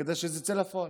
כדי שזה יצא אל הפועל.